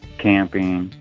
camping,